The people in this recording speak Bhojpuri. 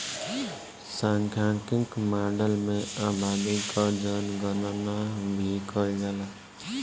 सांख्यिकी माडल में आबादी कअ जनगणना भी कईल जाला